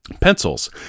pencils